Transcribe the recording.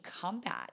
combat